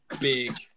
big